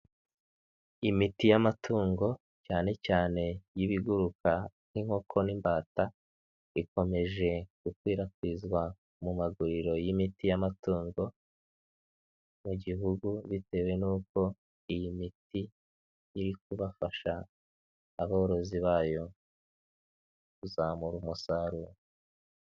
Imiti y'amatungo cyane cyane y'ibiguruka nk'inkoko n'imbata, ikomeje gukwirakwizwa mu maguriro y'imiti y'amatungo mu gihugu, bitewe nuko iyi miti iri kubafasha aborozi bayo kuzamura umusaruro.